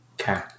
Okay